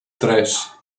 tres